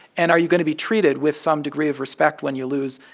and are you going to be treated with some degree of respect when you lose,